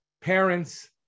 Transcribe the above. Parents